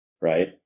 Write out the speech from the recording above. right